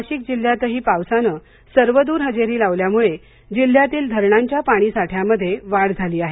नाशिक जिल्ह्यातही पावसान सर्वदूर हजेरी लावल्यामुळे जिल्ह्यातील धरणाच्या पाणी साठ्यामध्ये वाढ झाली आहे